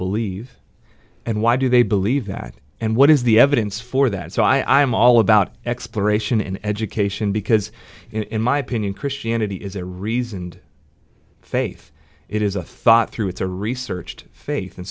believe and why do they believe that and what is the evidence for that so i am all about exploration and education because in my opinion christianity is a reasoned faith it is a thought through it's a researched faith and